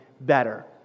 better